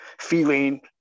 feeling